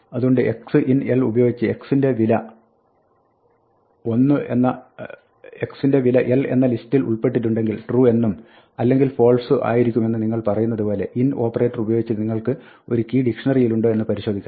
അതുകൊണ്ട് x in l ഉപയോഗിച്ച് x എന്ന വില l എന്ന ലിസ്റ്റിൽ ഉൾപ്പെട്ടിട്ടുണ്ടെങ്കിൽ true എന്നും അല്ലെങ്കിൽ false ആയിരിക്കുമെന്ന് നിങ്ങൾ പറയുന്നത് പോലെ in ഓപ്പറേറ്ററുപയോഗിച്ച് നിങ്ങൾക്ക് ഒരു കീ ഡിക്ഷ്ണറിയിലുണ്ടോ എന്ന് പരിശോധിക്കാം